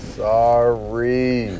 sorry